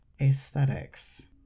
aesthetics